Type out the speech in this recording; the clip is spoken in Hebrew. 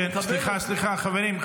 כן, סליחה, סליחה, חברים.